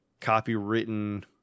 copywritten